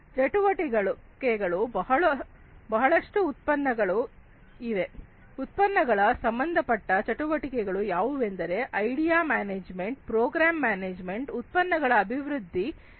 ಚಟುವಟಿಕೆಗಳು ಬಹಳಷ್ಟು ಉತ್ಪನ್ನಗಳು ಇವೆ ಉತ್ಪನ್ನಗಳ ಸಂಬಂಧಪಟ್ಟ ಚಟುವಟಿಕೆಗಳು ಯಾವುದೆಂದರೆ ಐಡಿಯಾ ಮ್ಯಾನೇಜ್ಮೆಂಟ್ ಪ್ರೋಗ್ರಾಮ್ ಮ್ಯಾನೇಜ್ಮೆಂಟ್ ಉತ್ಪನ್ನಗಳ ಅಭಿವೃದ್ಧಿ